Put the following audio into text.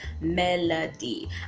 melody